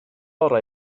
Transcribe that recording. orau